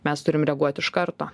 mes turim reaguot iš karto